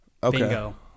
Bingo